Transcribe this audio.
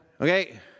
okay